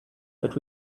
but